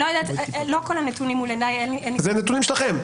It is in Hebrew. לא כל הנתונים נמצאים מול עיניי --- אלה נתונים שלכם.